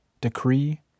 decree